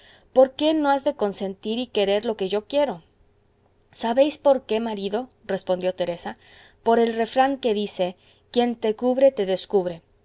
por qué no has de consentir y querer lo que yo quiero sabéis por qué marido respondió teresa por el refrán que dice quien te cubre te descubre